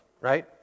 right